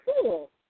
Cool